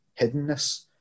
hiddenness